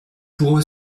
pour